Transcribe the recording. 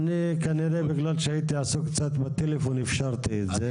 כנראה בגלל שהייתי עסוק קצת בטלפון אפשרתי את זה,